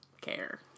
care